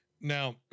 Now